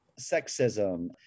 sexism